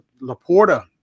LaPorta